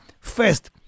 first